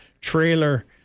trailer